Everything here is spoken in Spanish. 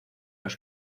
los